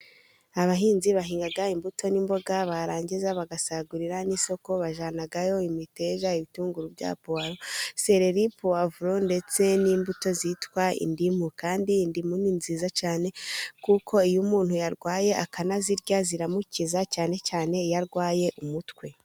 Abahinzi bahinga imbuto n'imboga barangiza bagasagurira n'isoko bajyanayo imiteraja ibitunguru bya puwaro sereri, puwavuro, ndetse n'imbuto zitwa indimu. Kandi indimu ni nziza cyane kuko iyo umuntu yarwaye akanazirya ziramukiza, cyane cyane iyo arwaye umutwe.